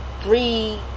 Three